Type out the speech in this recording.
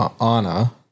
Anna